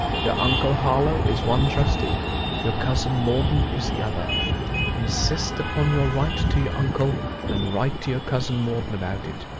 your uncle harlowe is one trustee your cousin morden is the other insist upon your right to your uncle and write to your cousin morden about it.